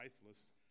faithless